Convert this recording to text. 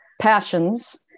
passions